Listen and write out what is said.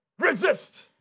Resist